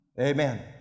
Amen